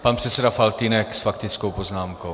Pan předseda Faltýnek s faktickou poznámkou.